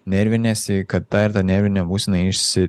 nerviniesi kad ta nervinė būsena išsi